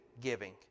giving